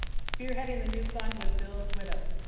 spearheading the new fund was bill's widow,